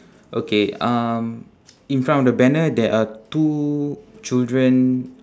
okay um in front of the banner there are two children